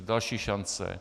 Další šance.